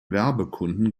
werbekunden